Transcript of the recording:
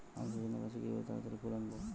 আমি সজনে গাছে কিভাবে তাড়াতাড়ি ফুল আনব?